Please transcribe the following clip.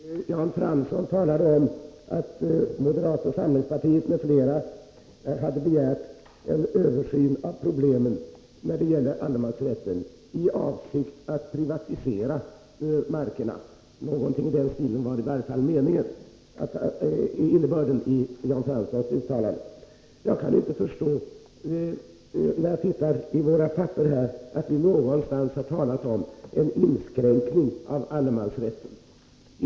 Herr talman! Jan Fransson talade om att moderata samlingspartiet m.fl. hade begärt en översyn av problemen när det gäller allemansrätten i avsikt att privatisera marken. Innebörden i Jan Franssons uttalande var något i den stilen. Jag kan inte förstå, när jag ser i våra papper, att vi någonstans har talat om en inskränkning av allemansrätten.